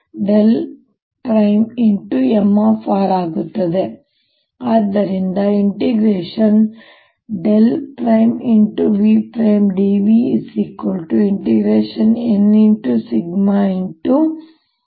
ಮತ್ತು ಆದ್ದರಿಂದ × vdV n × 𝛔 ds